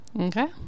Okay